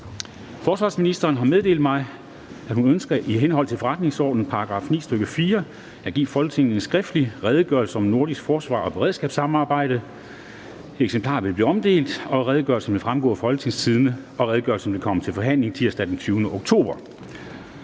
Bramsen) har meddelt mig, at hun ønsker i henhold til forretningsordenens § 19, stk. 4, at give Folketinget en skriftlig Redegørelse om det nordiske forsvars- og beredskabssamarbejde. (Redegørelse nr. R 4). Eksemplarer vil blive omdelt, og redegørelsen vil fremgå af www.folketingstidende.dk. Redegørelsen vil komme til forhandling tirsdag den 20. oktober